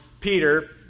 Peter